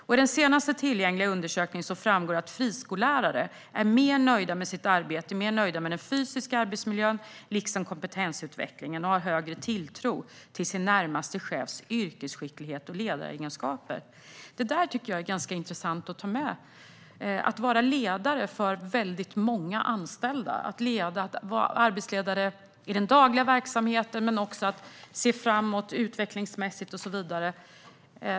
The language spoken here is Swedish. I den senaste tillgängliga undersökningen framgår att friskollärare är mer nöjda med sitt arbete. De är mer nöjda med den fysiska arbetsmiljön liksom kompetensutvecklingen. De har även större tilltro till sin närmaste chefs yrkesskicklighet och ledaregenskaper. Jag tycker att det är ganska intressant att ta med det här med att vara ledare för väldigt många anställda, att vara arbetsledare i den dagliga verksamheten men att också se framåt utvecklingsmässigt och så vidare.